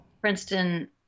Princeton